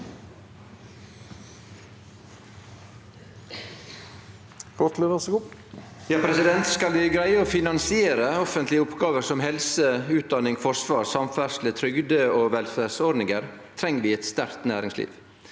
Skal vi greie å finansiere offentlege oppgåver som helse, utdanning, forsvar, samferdsle og trygde- og velferdsordningar, treng vi eit sterkt næringsliv